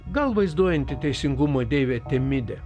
gal vaizduojanti teisingumo deivę temidę